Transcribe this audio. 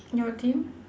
your team